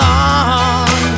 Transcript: on